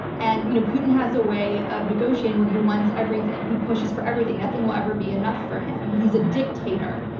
and you know putin has a way of negotiating where he wants everything. he pushes for everything. nothing will ever be enough for him. he's a dictator.